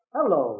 Hello